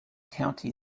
county